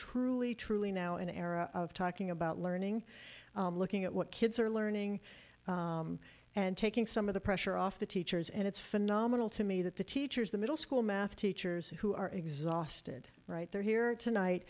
truly truly now an era of talking about learning looking at what kids are learning and taking some of the pressure off the teachers and it's phenomenal to me that the teachers the middle school math teachers who are exhausted right there here tonight